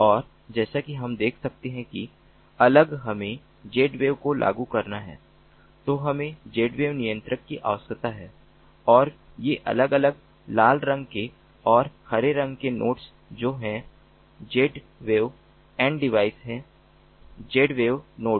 और जैसा कि हम देख सकते हैं कि अगर हमें Zwave को लागू करना है तो हमें Zwave नियंत्रक की आवश्यकता है और ये अलग अलग लाल रंग के और हरे रंग के नोड्स जो हैं Zwave n डिवाइस हैं Zwave नोड